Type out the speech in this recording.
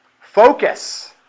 Focus